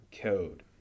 code